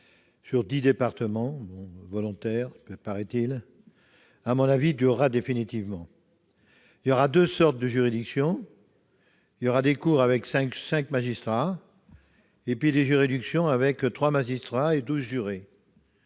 sur dix départements volontaires, paraît-il, durera définitivement. Il y aura deux sortes de juridiction : des cours avec cinq magistrats et des cours d'assises avec trois magistrats et douze jurés.